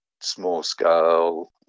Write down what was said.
small-scale